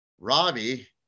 Robbie